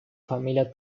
familia